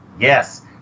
Yes